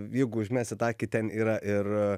jeigu užmesit akį ten yra ir